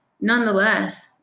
Nonetheless